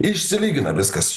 išsilygina viskas